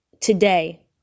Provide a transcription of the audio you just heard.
Today